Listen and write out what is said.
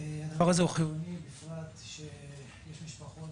הדבר הזה חיוני, בפרט שיש משפחות